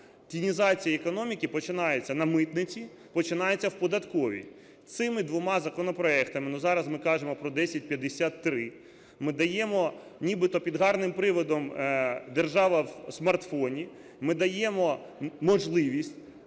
тінізація економіки починається на митниці, починається в податковій. Цими двома законопроектами, но зараз ми кажемо про 1053, ми даємо нібито під гарним приводом "держава в смартфоні", ми даємо можливість,